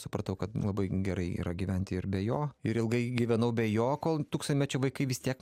supratau kad labai gerai yra gyventi ir be jo ir ilgai gyvenau be jo kol tūkstantmečio vaikai vis tiek